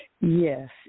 yes